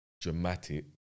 Dramatic